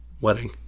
wedding